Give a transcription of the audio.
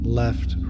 left